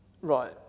right